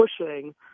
pushing